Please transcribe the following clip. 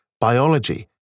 biology